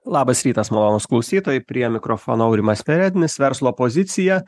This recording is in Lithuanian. labas rytas malonūs klausytojai prie mikrofono aurimas perednis verslo pozicija